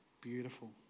beautiful